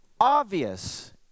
obvious